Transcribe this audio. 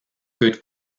good